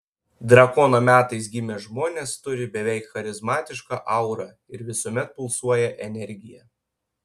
drakono metais gimę žmonės turi beveik charizmatišką aurą ir visuomet pulsuoja energija